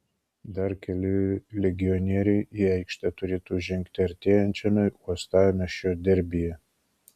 dar keli legionieriai į aikštę turėtų žengti artėjančiame uostamiesčio derbyje